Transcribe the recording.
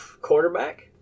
quarterback